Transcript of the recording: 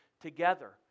together